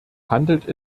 handelt